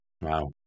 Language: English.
wow